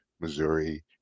Missouri